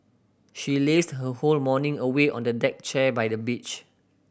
she lazed her whole morning away on the deck chair by the beach